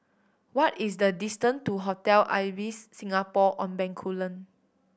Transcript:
what is the distance to Hotel Ibis Singapore On Bencoolen